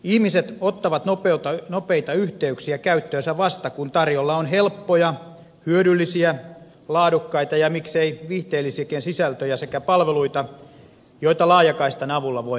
ihmiset ottavat nopeita yhteyksiä käyttöönsä vasta kun tarjolla on helppoja hyödyllisiä laadukkaita ja miksei viihteellisiäkin sisältöjä sekä palveluita joita laajakaistan avulla voidaan käyttää